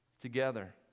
together